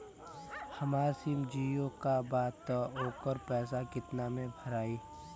हमार सिम जीओ का बा त ओकर पैसा कितना मे भराई?